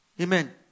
Amen